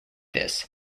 this